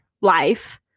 Life